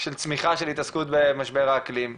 של צמיחה של התעסקות במשבר האקלים,